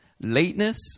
lateness